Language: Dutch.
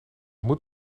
moet